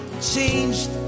changed